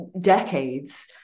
decades